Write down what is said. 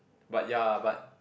but ya but